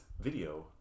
video